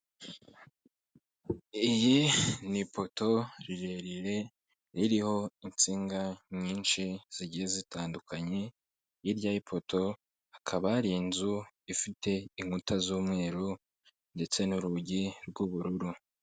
Iyi ni poto rirerire ririho insinga nyinshi zigiye zitandukanye, hirya y'ipoto hakaba hari inzu ifite inkuta z'umweru, ndetse n'urugi rw'ubururu.